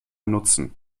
nutzen